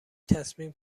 تصمیم